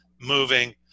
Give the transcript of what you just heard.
moving